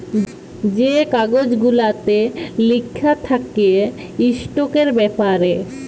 যে কাগজ গুলাতে লিখা থ্যাকে ইস্টকের ব্যাপারে